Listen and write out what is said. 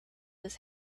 his